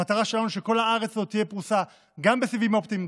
המטרה שלנו היא שכל הארץ הזאת תהיה פרוסה גם בסיבים אופטיים,